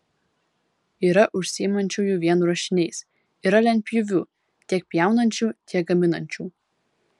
yra užsiimančiųjų vien ruošiniais yra lentpjūvių tiek pjaunančių tiek gaminančių